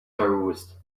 aroused